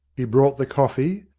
he brought the coffee,